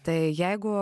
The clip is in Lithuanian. tai jeigu